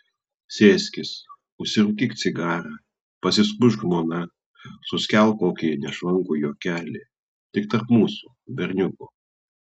sėskis užsirūkyk cigarą pasiskųsk žmona suskelk kokį nešvankų juokelį tik tarp mūsų berniukų